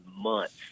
months